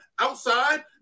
outside